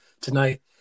tonight